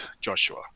Joshua